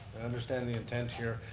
i understand the intent here.